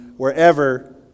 Wherever